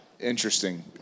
Interesting